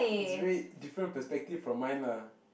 is very different perspective from mine lah